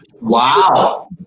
Wow